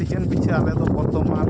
ᱯᱤᱪᱷᱤ ᱟᱞᱮᱫᱚ ᱵᱚᱨᱛᱚᱢᱟᱱ ᱪᱟᱞᱟᱜ ᱠᱟᱱ ᱠᱷᱚᱨᱟ ᱫᱤᱱ